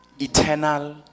eternal